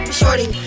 shorty